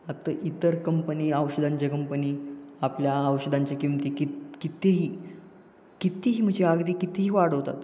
आत्ता इतर कंपनी औषधांच्या कंपनी आपल्या औषधांच्या किमती कित कित्तेही कितीही म्हणजे अगदी कितीही वाढवतात